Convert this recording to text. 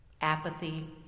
apathy